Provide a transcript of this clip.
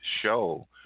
show